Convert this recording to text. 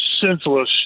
senseless